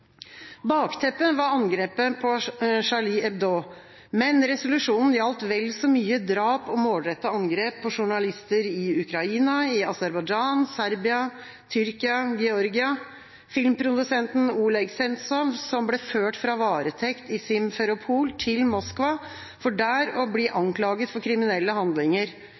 Bakteppet var angrepet på Charlie Hebdo, men resolusjonen gjaldt vel så mye drap og målrettede angrep på journalister i Ukraina, Aserbajdsjan, Serbia, Tyrkia og Georgia, og filmprodusenten Oleg Sentsov, som ble ført fra varetekt i Simferopol til Moskva, for der å bli anklaget for kriminelle handlinger,